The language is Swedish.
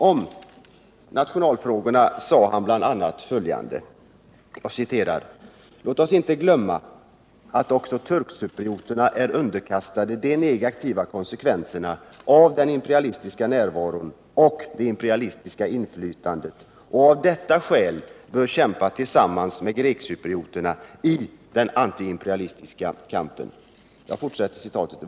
Om nationalitetsfrågorna sade han bl.a. följande: ”Låt oss inte glömma att också turkcyprioterna är underkastade de negativa konsekvenserna av den imperialistiska närvaron och det imperialistiska inflytandet och av detta skäl bör kämpa tillsammans med grekcyprioterna i den antiimperialistiska kampen.